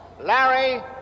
Larry